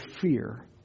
fear